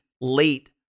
late